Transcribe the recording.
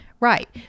Right